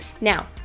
Now